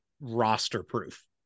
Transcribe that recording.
roster-proof